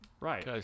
Right